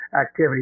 activity